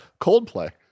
Coldplay